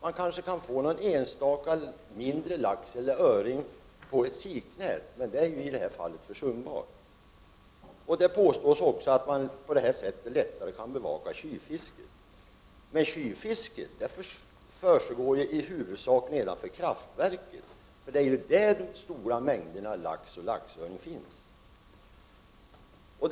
Det kan röra sig om någon enstaka mindre lax eller öring som man kan få i sitt siknät. Men det är i det här fallet försumbart. Dessutom påstås det att man på det här sättet lättare kan bevaka tjuvfisket. Men tjuvfisket försiggår i huvudsak nedanför kraftverket, för det är där som de stora mängderna lax och laxöring finns.